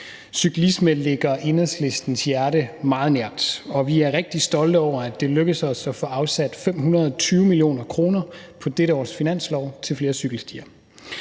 Cyklisme ligger Enhedslistens hjerte meget nært, og vi er rigtig stolte over, at det lykkedes os at få afsat 520 mio. kr. på dette års finanslov til flere cykelstier,